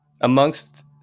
amongst